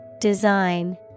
Design